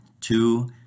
two